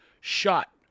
shot